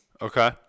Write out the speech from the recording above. Okay